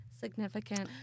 significant